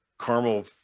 caramel